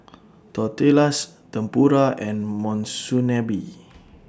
Tortillas Tempura and Monsunabe